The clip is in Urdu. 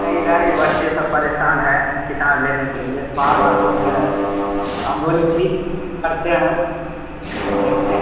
نہیں ادھر بھی بچے سب پریشان ہیں کتاب لینے کے لیے بار بار بولتے رہتے ہیں ہم بولے ٹھیک کرتے ہیں دیکھتے